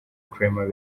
clement